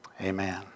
Amen